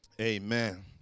Amen